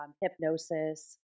hypnosis